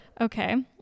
Okay